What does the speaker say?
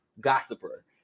gossiper